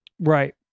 Right